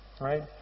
Right